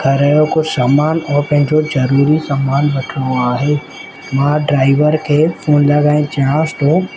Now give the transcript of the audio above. घर जो कुझु सामान ऐं पंहिंजो ज़रूरी सामान वठिणो आहे मां ड्राईवर खे फोन लॻाए चवांसि थो